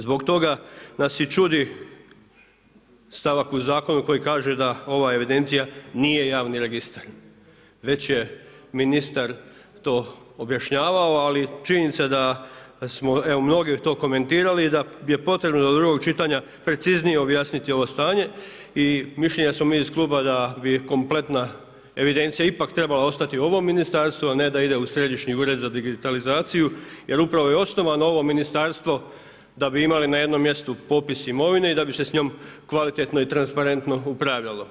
Zbog toga nas i čudi stavak u zakonu koji kaže da ova evidencija nije javni registar, već je ministar to objašnjavao, ali je činjenica da smo evo mnogi to komentirali i da je potrebno do drugog čitanja preciznije objasniti ovo stanje i mišljenja smo mi iz kluba da bi kompletna evidencija ipak trebala ostati u ovom ministarstvu, a ne da ide u Središnji ured za digitalizaciju jer upravo je osnovano ovo ministarstvo da bi imali na jednom mjestu popis imovine i da bi se s njom kvalitetno i transparentno upravljalo.